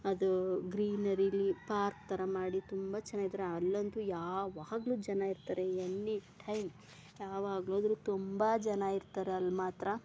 ಅದು ಗ್ರೀನರಿಲಿ ಪಾರ್ಕ್ ಥರ ಮಾಡಿ ತುಂಬ ಚೆನ್ನಾಗಿದರೆ ಅಲ್ಲಂತು ಯಾವಾಗಲು ಜನ ಇರ್ತಾರೆ ಎನಿ ಟೈಮ್ ಯಾವಾಗ್ಲೋದರು ತುಂಬ ಜನ ಇರ್ತಾರೆ ಅಲ್ಲಿ ಮಾತ್ರ